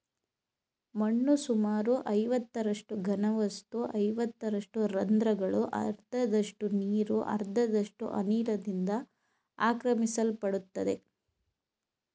ಮಣ್ಣು ಸುಮಾರು ಐವತ್ತರಷ್ಟು ಘನವಸ್ತು ಐವತ್ತರಷ್ಟು ರಂದ್ರಗಳು ಅರ್ಧದಷ್ಟು ನೀರು ಅರ್ಧದಷ್ಟು ಅನಿಲದಿಂದ ಆಕ್ರಮಿಸಲ್ಪಡ್ತದೆ